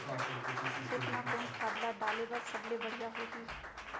खेत म कोन खाद ला डाले बर सबले बढ़िया होही?